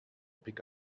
pick